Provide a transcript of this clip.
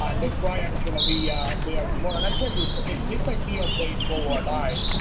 um luke bryan's going to be there tomorrow night. this'll be ah pay it forward, live.